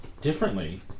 differently